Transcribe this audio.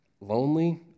lonely